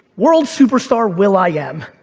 world superstar will i am,